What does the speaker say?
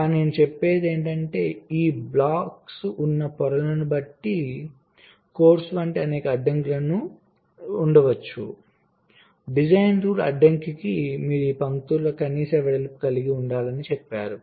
కానీ నేను చెప్పేది ఏమిటంటే ఈ బ్లాక్స్ ఉన్న పొరలను బట్టి కోర్సు వంటి అనేక అడ్డంకులు ఉండవచ్చు డిజైన్ రూల్ అడ్డంకి మీరు ఈ పంక్తుల కనీస వెడల్పు కలిగి ఉండాలని చెప్పారు